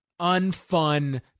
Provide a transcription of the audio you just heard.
unfun